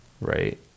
right